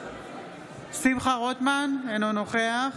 אינו נוכח